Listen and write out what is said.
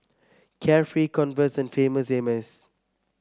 Carefree Converse and Famous Amos